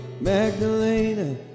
Magdalena